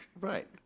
Right